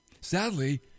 Sadly